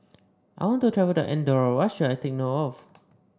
I want to travel to Andorra what should I take note of